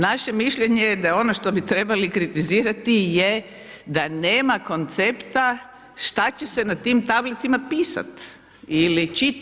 Našem mišljenje je da je ono što bi trebali kritizirati je da nema koncepta šta će se na tim tabletima pisati ili čitat.